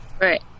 Right